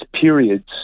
periods